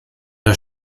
der